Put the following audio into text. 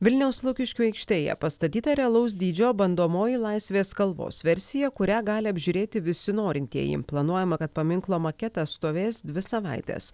vilniaus lukiškių aikštėje pastatyta realaus dydžio bandomoji laisvės kalvos versija kurią gali apžiūrėti visi norintieji planuojama kad paminklo maketas stovės dvi savaites